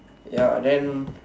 ya then